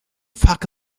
fuck